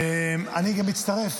אני גם מצטרף